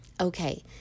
Okay